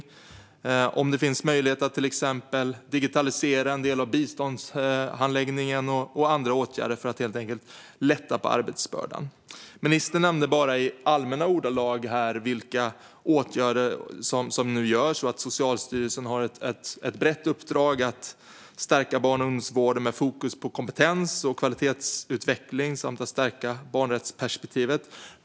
Man bör också se över om det finns möjlighet att till exempel digitalisera en del av biståndshandläggningen samt titta på andra åtgärder för att lätta på arbetsbördan. Ministern nämnde bara i allmänna ordalag vilka åtgärder som nu vidtas och att Socialstyrelsen har ett brett uppdrag att stärka barn och ungdomsvården med fokus på kompetens och kvalitetsutveckling samt att stärka barnrättsperspektivet.